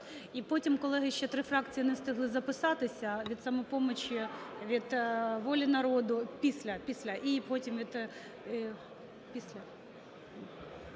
І потім, колеги, ще три фракції не встигли записатися від "Самопомочі", від "Волі народу"… Після,